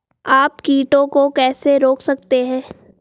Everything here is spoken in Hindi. आप कीटों को कैसे रोक सकते हैं?